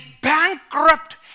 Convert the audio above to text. bankrupt